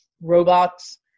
robots